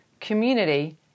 community